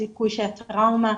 הסיכוי שהטראומה